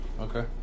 okay